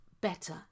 better